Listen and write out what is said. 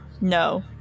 No